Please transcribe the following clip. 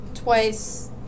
Twice